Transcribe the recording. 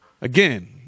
Again